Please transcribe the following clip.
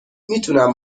میتونم